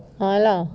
ya lah